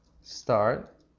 start